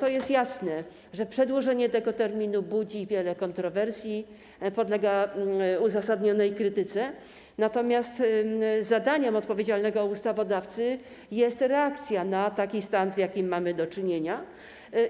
To jest jasne, że przedłożenie tego terminu budzi wiele kontrowersji, podlega uzasadnionej krytyce, natomiast zadaniem odpowiedzialnego ustawodawcy jest reakcja na taki stan, z jakim mamy do czynienia,